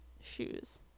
shoes